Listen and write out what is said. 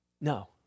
No